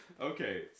Okay